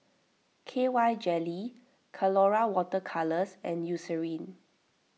K Y jelly Colora Water Colours and Eucerin